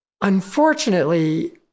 Unfortunately